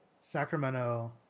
Sacramento